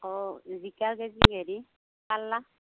অঁ জিকা কেজি হেৰি পাল্লা